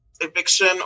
eviction